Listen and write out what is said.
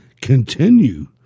continue